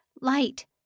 Light